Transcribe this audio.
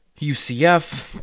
UCF